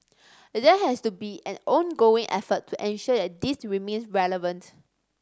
that has to be an ongoing effort to ensure that this remains relevant